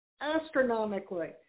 astronomically